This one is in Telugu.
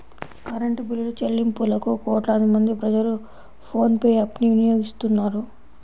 కరెంటు బిల్లులుచెల్లింపులకు కోట్లాది మంది ప్రజలు ఫోన్ పే యాప్ ను వినియోగిస్తున్నారు